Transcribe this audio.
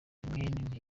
mwene